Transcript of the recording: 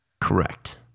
Correct